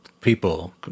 people